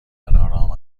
آرام